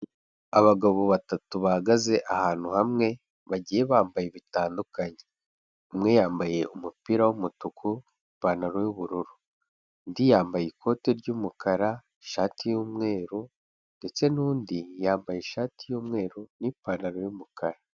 Abagabo batatu bahagaze ahantu hamwe bagiye bambaye bitandukanye umwe yambaye umupira w'umutuku ipantaro y'ubururu undi yambaye ikote ry'umukara ishati y'umweru ndetse n'undi yambaye ishati y'umweru n'ipantaro y'umukara.